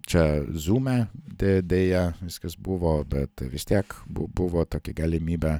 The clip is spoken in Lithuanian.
čia zume de deja viskas buvo bet vis tiek bu buvo tokia galimybė